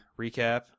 recap